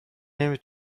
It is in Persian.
نمی